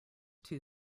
too